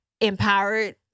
empowered